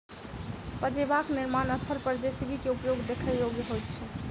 पजेबाक निर्माण स्थल पर जे.सी.बी के उपयोग देखबा योग्य होइत छै